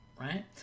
right